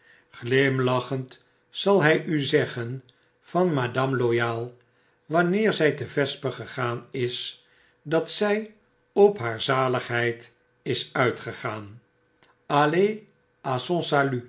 glimlachend zal hij u zeggen van madame loyal wanneer zij te vesper gegaan is dat zy op haar zaligheid is uit gegaan allee a son salut